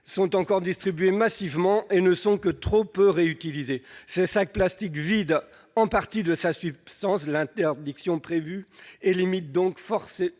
sont encore distribués massivement et ne sont que trop peu réutilisés. Ces sacs vident en partie de sa substance l'interdiction prévue et limitent donc fortement